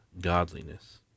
godliness